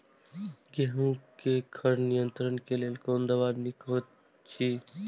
गेहूँ क खर नियंत्रण क लेल कोन दवा निक होयत अछि?